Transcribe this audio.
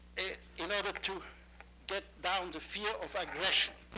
in order to get down the fear of aggression.